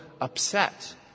upset